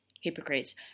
hypocrites